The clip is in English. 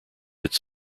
its